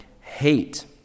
hate